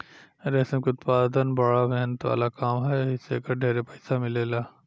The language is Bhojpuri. रेशम के उत्पदान बड़ा मेहनत वाला काम ह एही से एकर ढेरे पईसा मिलेला